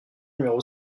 numéro